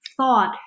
thought